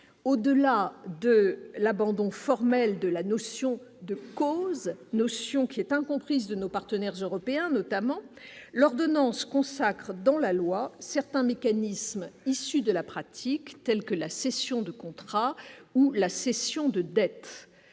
au-delà de l'abandon formel de la notion de cause, notion qui est incomprise de nos partenaires européens, notamment l'ordonnance consacre dans la loi, certains mécanismes issu de la pratique, telles que la cession de contrat ou la cession de dettes: